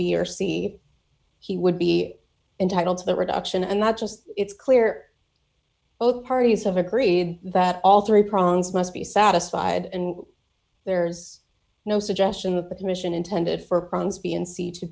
b or c he would be entitled to the reduction and that just it's clear both parties have agreed that all three prongs must be satisfied and there's no suggestion that the commission intended for